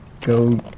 go